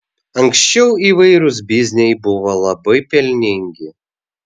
anksčiau įvairūs bizniai buvo labai pelningi